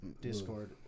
Discord